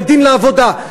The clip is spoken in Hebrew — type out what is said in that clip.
בית-דין לעבודה,